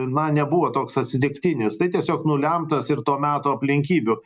na nebuvo toks atsitiktinis tai tiesiog nulemtas ir to meto aplinkybių